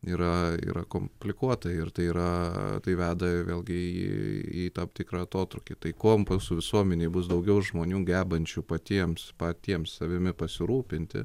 yra yra komplikuota ir tai yra tai veda vėlgi į tam tikrą atotrūkį tai kom pas visuomenei bus daugiau žmonių gebančių patiems patiems savimi pasirūpinti